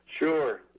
Sure